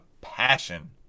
passion